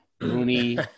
Rooney